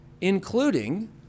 including